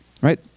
right